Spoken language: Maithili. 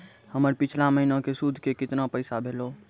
हमर पिछला महीने के सुध के केतना पैसा भेलौ?